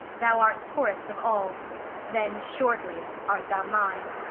thou art poor'st of all then shortly art thou mine.